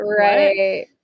right